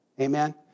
Amen